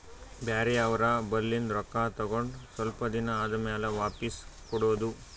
ಬ್ಯಾರೆ ಅವ್ರ ಬಲ್ಲಿಂದ್ ರೊಕ್ಕಾ ತಗೊಂಡ್ ಸ್ವಲ್ಪ್ ದಿನಾ ಆದಮ್ಯಾಲ ವಾಪಿಸ್ ಕೊಡೋದು